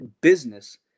business